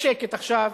יש שקט עכשיו.